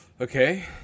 Okay